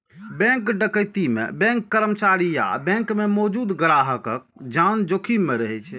bank डकैती मे bank कर्मचारी आ बैंक मे मौजूद ग्राहकक जान जोखिम मे रहै छै